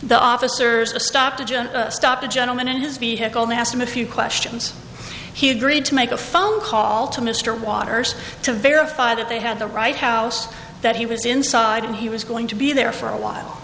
the officers a stop to stop a gentleman in his vehicle and ask him a few questions he agreed to make a phone call to mr waters to verify that they had the right house that he was inside and he was going to be there for a while